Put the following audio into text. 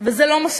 וזה לא מספיק.